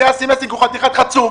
כי אסי מסינג הוא חתיכת חצוף.